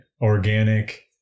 organic